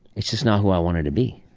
it's just not who i wanted to be.